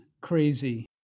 Crazy